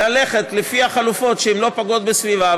ללכת לפי החלופות שלא פוגעות בסביבה,